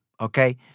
Okay